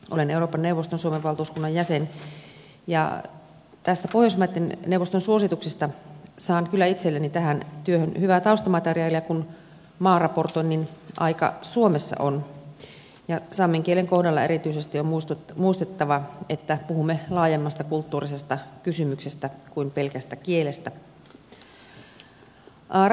olen euroopan neuvoston suomen valtuuskunnan jäsen ja pohjoismaiden neuvoston suosituksista saan kyllä itselleni tähän työhön hyvää taustamateriaalia kun maaraportoinnin aika suomessa on ja saamen kielen kohdalla erityisesti on muistettava että puhumme laajemmasta kulttuurisesta kysymyksestä kuin pelkästä kielestä